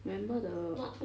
remember the